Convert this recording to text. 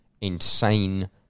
insane